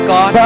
God